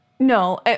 No